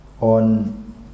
on